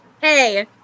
hey